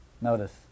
Notice